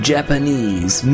Japanese